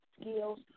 skills